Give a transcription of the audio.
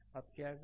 अब क्या करें